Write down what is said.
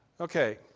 Okay